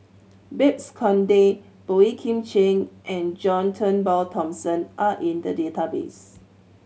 Babes Conde Boey Kim Cheng and John Turnbull Thomson are in the database